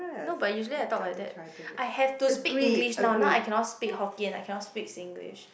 no but usually I talk like that I have to speak English now now I cannot speak Hokkien I cannot speak Singlish